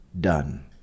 done